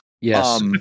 Yes